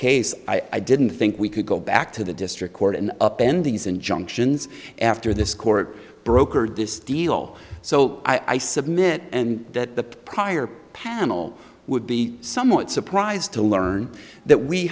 case i'd didn't think we could go back to the district court and up endings injunctions after this court brokered this deal so i submit and that the prior panel would be somewhat surprised to learn that we